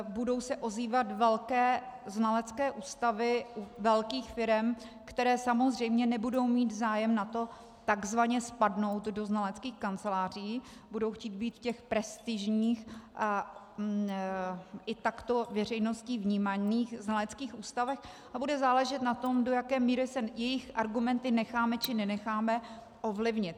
Budou se ozývat velké znalecké ústavy velkých firem, které samozřejmě nebudou mít zájem na tom takzvaně spadnout do znaleckých kanceláří, budou chtít být v těch prestižních a i takto veřejností vnímaných znaleckých ústavech a bude záležet na tom, do jaké míry se jejich argumenty necháme, či nenecháme ovlivnit.